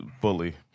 bully